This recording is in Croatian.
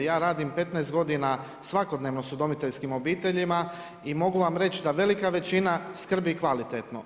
Ja radim 15 godina svakodnevno sa udomiteljskim obiteljima i mogu vam reći da velika većina skrbi kvalitetno.